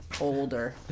older